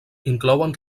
inclouen